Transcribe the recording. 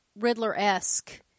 riddler-esque